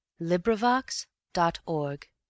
LibriVox.org